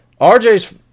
RJ's